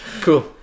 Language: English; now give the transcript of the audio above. Cool